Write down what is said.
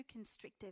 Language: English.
constrictive